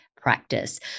practice